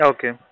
Okay